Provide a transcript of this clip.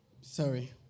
Sorry